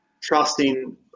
trusting